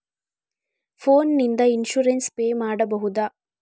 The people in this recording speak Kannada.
ಫೋನ್ ನಿಂದ ಇನ್ಸೂರೆನ್ಸ್ ಪೇ ಮಾಡಬಹುದ?